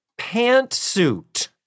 pantsuit